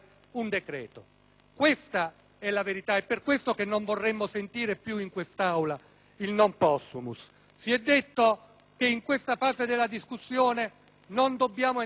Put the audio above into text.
Questa è la verità ed è per questo che non vorremmo sentire più in quest'Aula il *non possumus*. Si è detto che in questa fase della discussione non dobbiamo entrare nel merito,